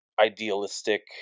idealistic